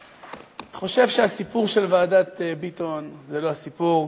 אני חושב שהסיפור של ועדת ביטון זה לא הסיפור.